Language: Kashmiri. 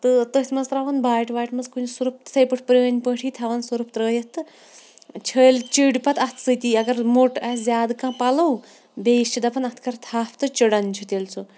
تہٕ تٔتھۍ مَنٛز ترٛاوُن باٹہِ واٹہِ مَنٛز کُنہِ سُرُف تِتھے پٲٹھۍ پرٲنۍ پٲٹھی تھاوان سُرُف ترٲیِتھ تہٕ چھٔلۍ چِیٖرۍ پَتہٕ اَتھٕ سۭتی اَگَر مۄٹ آسہِ زیادٕ کانٛہہ پَلَو بیٚیس چھِ دَپان اَتھ کَر تھَپھ تہٕ چِیٖران چھِ تیٚلہِ سُہ